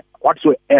whatsoever